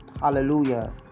Hallelujah